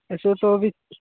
ऐसे तो अभी